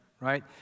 right